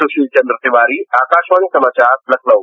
सुशील चंद्र तिवारी आकाशवाणी समाचार लखनऊ